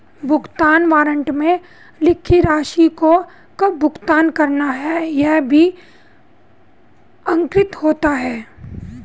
भुगतान वारन्ट में लिखी राशि को कब भुगतान करना है यह भी अंकित होता है